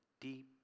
deep